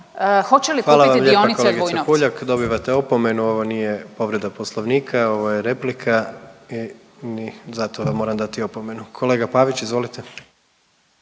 hoće li kupiti dionice Vujnovca. **Jandroković, Gordan (HDZ)** Dobivate opomenu ovo nije povreda poslovnika ovo je replika i zato vam moram dati opomenu. Kolega Pavić izvolite.